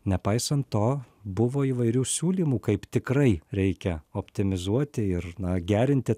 nepaisant to buvo įvairių siūlymų kaip tikrai reikia optimizuoti ir na gerinti